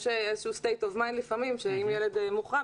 יש לפעמים איזשהו סטייט אוף מיינד שאם ילד מוחרם,